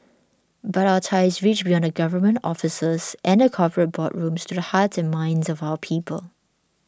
but our ties reach beyond the government offices and the corporate boardrooms to the hearts and minds of our people